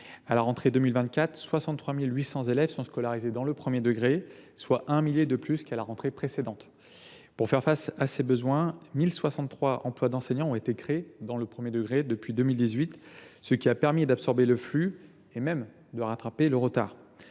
À la rentrée 2024, 63 800 élèves sont scolarisés à Mayotte dans le premier degré, soit un millier de plus qu’à la rentrée précédente. Pour faire face à ces besoins, 1 063 emplois d’enseignants ont été créés dans le premier degré depuis 2018, ce qui a permis d’absorber le flux et même de rattraper le retard.